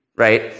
Right